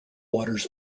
waters